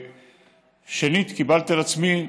שנית, קיבלתי על עצמי,